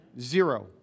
Zero